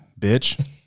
bitch